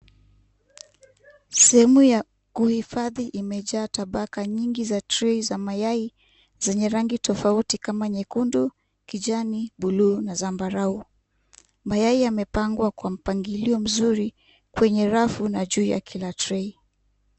Sehemu ya kuhifadhi imejaa tabaka nyingi za tray za mayai zenye rangi tofauti kama nyekundu, kijani, buluu na zambarau. Mayai yamepangwa kwa mpangilio mzuri kwenye rafu na juu ya kila tray .